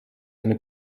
eine